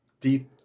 deep